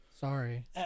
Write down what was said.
Sorry